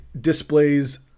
displays